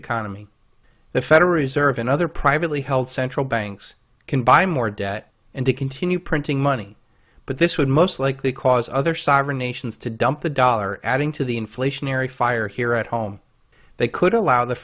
economy the federal reserve and other privately held central banks can buy more debt and to continue printing money but this would most likely cause other sovereign nations to dump the dollar adding to the inflationary fire here at home they could allow the